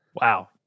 Wow